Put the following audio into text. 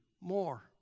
more